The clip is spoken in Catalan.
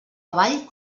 avall